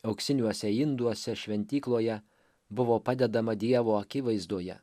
auksiniuose induose šventykloje buvo padedama dievo akivaizdoje